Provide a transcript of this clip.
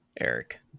Eric